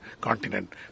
continent